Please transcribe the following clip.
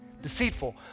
deceitful